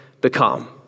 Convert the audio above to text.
become